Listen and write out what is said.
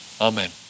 amen